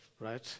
right